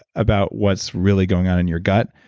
about what's really going on in your gut.